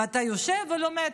ואתה יושב ולומד.